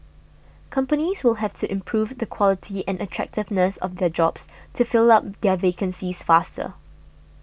companies will have to improve the quality and attractiveness of their jobs to fill up their vacancies faster